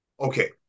Okay